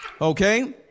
okay